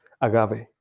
agave